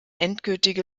endgültige